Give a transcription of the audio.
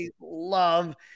love